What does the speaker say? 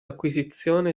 acquisizione